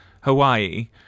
Hawaii